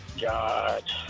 God